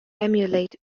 emulate